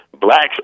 blacks